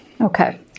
Okay